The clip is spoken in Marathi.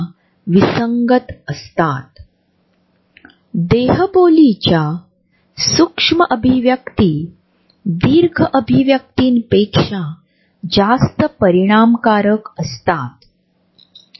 आता या अदृश्य फुग्यामागची कल्पना अशी आहे की जेव्हा आपण चालतो तेव्हा आपण या अदृश्य फुग्याने वेढलेले असतो आणि सामान्यत लोकांना या अदृश्य फुग्यावर अतिक्रमण होऊ देत नाही